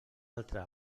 altra